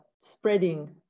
spreading